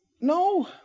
No